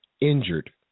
injured